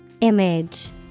Image